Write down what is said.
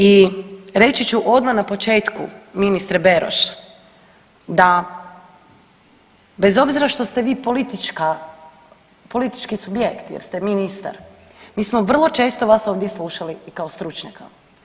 I reći ću odmah na početku ministre Beroš, da bez obzira što ste vi politički subjekt jer ste ministar, mi smo vrlo često vas ovdje slušali i kao stručnjaka.